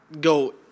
go